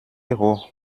hoch